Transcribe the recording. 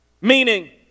meaning